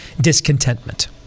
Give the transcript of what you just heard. discontentment